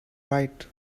right